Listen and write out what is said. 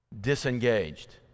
disengaged